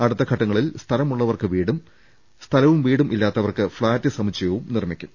അടുത്ത ഘട്ടങ്ങളിൽ സ്ഥലമുള്ളവർക്ക് പീടും സ്ഥലവും വീടും ഇല്ലാത്തവർക്ക് ഫ്ളാറ്റ് സമുച്ചയവും നിർമിക്കും